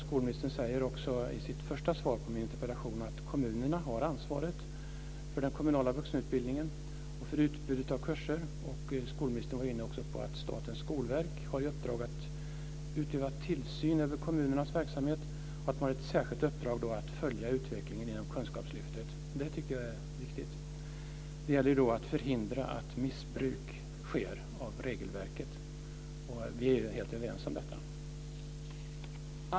Skolministern säger också i sitt interpellationssvar att kommunerna har ansvaret för den kommunala vuxenutbildningen och för utbudet av kurser. Skolministern var också inne på att Statens skolverk har i uppdrag att utöva tillsyn över kommunernas verksamhet och ett särskilt uppdrag att följa utvecklingen inom Kunskapslyftet. Det tycker jag är viktigt. Det gäller att förhindra missbruk av regelverket. Vi är helt överens om detta.